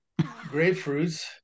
grapefruits